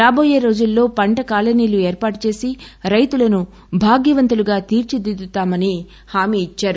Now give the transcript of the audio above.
రాబోయే రోజుల్లో పంట కాలనీలు ఏర్పాటు చేసి రైతులను భాగ్యవంతులుగా తీర్పిదిద్దుతామని చెప్పారు